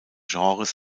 genres